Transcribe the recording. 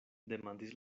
demandis